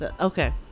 Okay